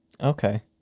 Okay